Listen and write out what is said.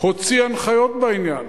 הוציא הנחיות בעניין.